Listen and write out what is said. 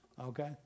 okay